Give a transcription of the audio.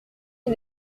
est